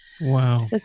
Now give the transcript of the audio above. Wow